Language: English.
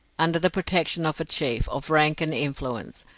under the protection of a chief of rank and influence,